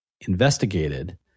investigated